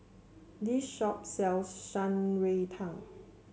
this shop sells Shan Rui Tang